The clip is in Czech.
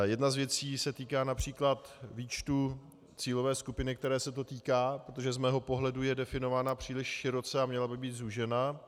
Jedna z věcí se týká například výčtu cílové skupiny, které se to týká, protože z mého pohledu je definována příliš široce a měla by být zúžena.